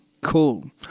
Cool